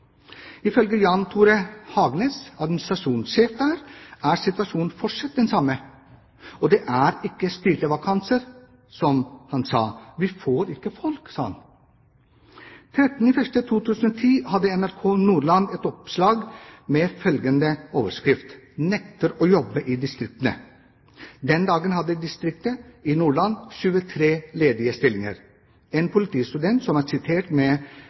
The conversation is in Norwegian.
Ifølge Jan Tore Hagnes, administrasjonssjefen der, er situasjonen fortsatt den samme. Det er ikke styrte vakanser, vi får ikke folk, sa han. 13. januar 2010 hadde NRK Nordland et oppslag med følgende overskrift: «Nekter å jobbe i distriktene». Den dagen hadde distriktet i Nordland 23 ledige stillinger. En politistudent, som er sitert